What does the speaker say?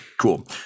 Cool